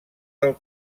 del